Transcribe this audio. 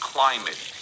Climate